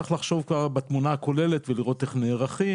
צריך לחשוב כבר בתמונה הכוללת ולראות איך נערכים